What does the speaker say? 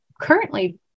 currently